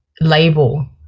label